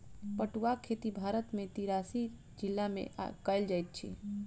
पटुआक खेती भारत के तिरासी जिला में कयल जाइत अछि